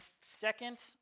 second